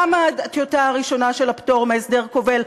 גם על הטיוטה הראשונה של הפטור מהסדר כובל.